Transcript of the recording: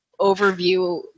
overview